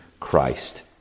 Christ